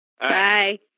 Bye